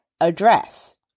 address